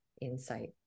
insight